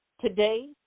today